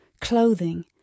clothing